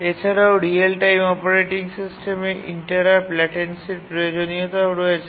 এছাড়াও real time operating সিস্টেমে interrupt ল্যাটেন্সির প্রয়োজনীয়তাও রয়েছে